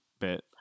bit